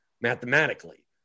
mathematically